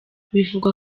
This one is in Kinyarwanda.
bivugwa